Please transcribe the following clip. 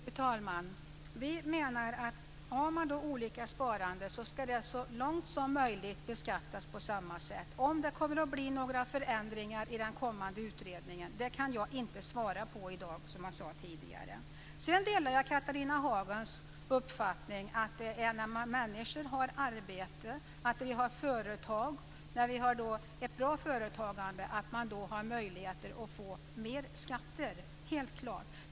Fru talman! Vi menar att om man har olika typer av sparande ska det så långt som möjligt beskattas på samma sätt. Om det kommer att bli några förändringar i den kommande utredningen kan jag inte svara på i dag, som jag sade tidigare. Jag delar Catharina Hagens uppfattning att det är när människor har arbete och när vi har ett bra företagande som vi har möjligheter att få in mer skatter. Det är helt klart.